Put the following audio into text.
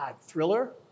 Thriller